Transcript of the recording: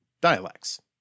dialects